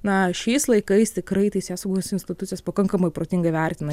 na šiais laikais tikrai teisėsaugos institucijos pakankamai protingai vertina